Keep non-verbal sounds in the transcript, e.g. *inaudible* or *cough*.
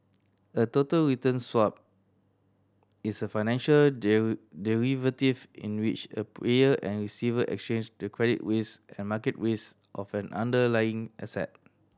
a total return swap is a financial *unintelligible* derivative in which a payer and receiver exchange the credit risk and market risk of an underlying asset